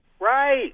Right